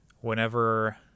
whenever